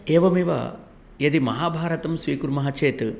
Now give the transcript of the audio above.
एवमेव यदि महाभारतं स्वीकुर्मः चेत्